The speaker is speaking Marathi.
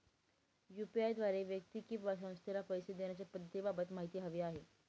यू.पी.आय द्वारे व्यक्ती किंवा संस्थेला पैसे देण्याच्या पद्धतींबाबत माहिती हवी आहे